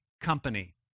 company